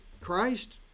Christ